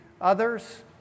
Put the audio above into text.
Others